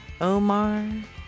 Omar